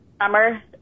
summer